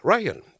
Ryan